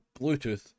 Bluetooth